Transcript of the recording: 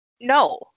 no